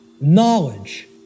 knowledge